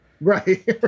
Right